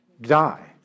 die